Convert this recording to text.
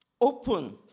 Open